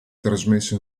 trasmesso